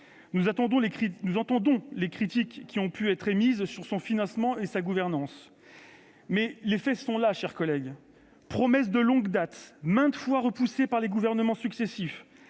Nous entendons les critiques qui ont pu être émises sur son financement ou sa gouvernance, mais les faits sont là, mes chers collègues : promesse de longue date maintes fois repoussée par les gouvernements successifs,